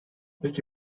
peki